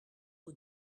aux